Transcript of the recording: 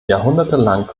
jahrhundertelang